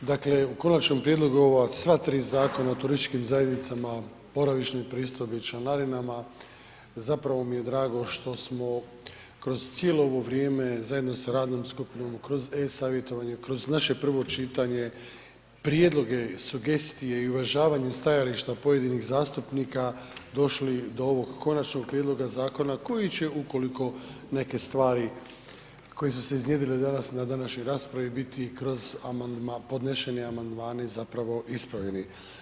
dakle, u Konačnom prijedlogu ova sva tri Zakona o turističkim zajednicama, boravišnoj pristojbi i članarinama zapravo mi je drago što smo kroz cijelo ovo vrijeme zajedno sa radnom skupinom, kroz e-savjetovanje, kroz naše prvo čitanje, prijedloge, sugestije i uvažavanje stajališta pojedinih zastupnika došli do ovog Konačnog prijedloga zakona koji će ukoliko neke stvari, koje su se iznjedrile danas na današnjoj raspravi, biti kroz, podnošeni amandmani zapravo ispravljeni.